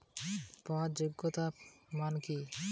সামাজিক প্রকল্পগুলি সুবিধা পাওয়ার যোগ্যতা মান কি?